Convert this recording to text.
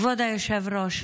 כבוד היושב-ראש,